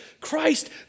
Christ